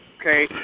Okay